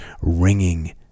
ringing